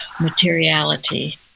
materiality